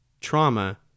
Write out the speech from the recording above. trauma